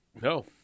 No